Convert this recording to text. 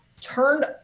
turned